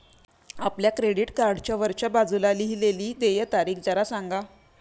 आपल्या क्रेडिट कार्डच्या वरच्या बाजूला लिहिलेली देय तारीख जरा सांगा